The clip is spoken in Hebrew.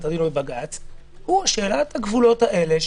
הדיון בבג"ץ הוא שאלת הגבולות האלה,